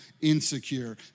insecure